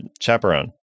chaperone